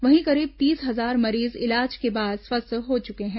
वहीं करीब तीस हजार मरीज इलाज के बाद स्वस्थ हो चुके हैं